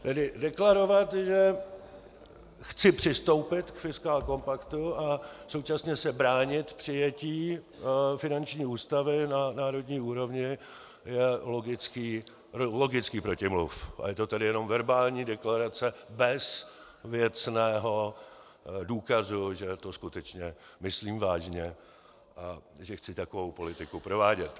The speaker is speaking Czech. Tedy deklarovat, že chci přistoupit k fiskálkompaktu, a současně se bránit přijetí finanční ústavy na národní úrovni je logicky protimluv a je to tedy jenom verbální deklarace bez věcného důkazu, že to skutečně myslím vážně a že chci takovou politiku provádět.